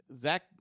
Zach